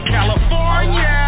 California